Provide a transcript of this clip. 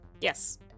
Yes